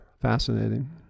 fascinating